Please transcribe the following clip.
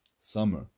summer